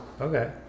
Okay